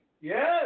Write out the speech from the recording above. Yes